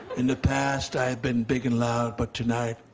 in the past, i have been big and loud. but tonight,